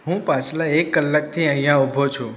હું પાછલા એક કલાકથી અહીંયા ઉભો છું